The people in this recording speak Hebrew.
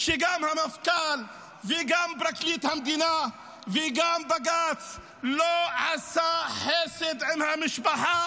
שגם המפכ"ל וגם פרקליט המדינה וגם בג"ץ לא עשו חסד עם המשפחה.